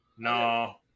No